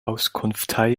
auskunftei